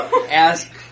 ask